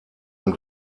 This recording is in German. und